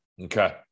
Okay